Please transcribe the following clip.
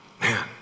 man